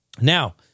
Now